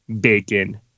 bacon